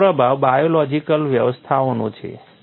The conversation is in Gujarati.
તેનો પ્રભાવ બાયોલૉજિકલ વ્યવસ્થાઓનો છે